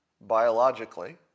biologically